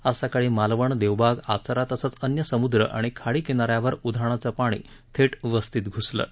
आज सकाळी मालवण देवबाग आचरा तसच अन्य समुद्र आणि खाडी किनाऱ्यावर उधाणाचं पाणी थेट वस्तीत घुसलं आहे